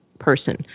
person